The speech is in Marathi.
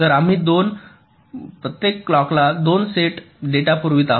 तर आम्ही प्रत्येक क्लॉक ला 2 सेट डेटा पुरवित आहोत